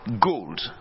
gold